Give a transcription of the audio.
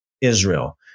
Israel